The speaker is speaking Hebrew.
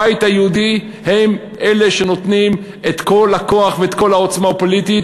הבית היהודי הם אלה שנותנים את כל הכוח ואת כל העוצמה הפוליטית